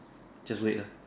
just wait lah